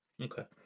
Okay